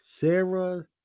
Sarah